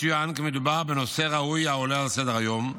יצוין כי מדובר בנושא ראוי העולה על סדר-היום.